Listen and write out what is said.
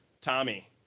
Tommy